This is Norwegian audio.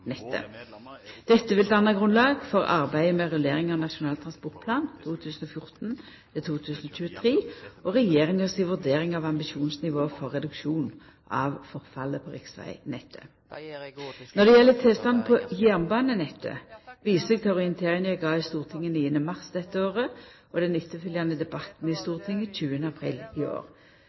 Dette vil danna grunnlag for arbeidet med rullering av Nasjonal transportplan 2014–2023 og Regjeringas vurdering av ambisjonsnivået for reduksjon av forfallet på riksvegnettet. Når det gjeld tilstanden på jernbanenettet, viser eg til orienteringa eg gav i Stortinget 9. mars dette året og den etterfølgjande debatten i Stortinget 20. april i år.